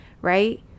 Right